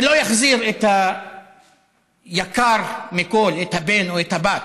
זה לא יחזיר את היקר מכול, את הבן או את הבת,